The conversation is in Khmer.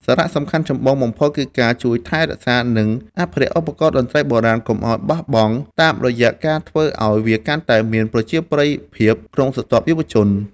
សារៈសំខាន់ចម្បងបំផុតគឺការជួយថែរក្សា និងអភិរក្សឧបករណ៍តន្ត្រីបុរាណកុំឱ្យបាត់បង់ តាមរយៈការធ្វើឱ្យវាកាន់តែមានប្រជាប្រិយភាពក្នុងស្រទាប់យុវជន។